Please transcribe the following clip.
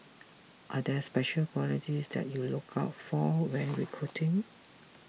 are there special qualities that you look out for when recruiting